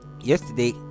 yesterday